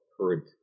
current